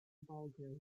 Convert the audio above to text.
belgrade